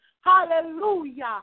Hallelujah